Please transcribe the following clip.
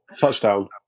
touchdown